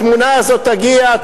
התמונה הזאת תגיע,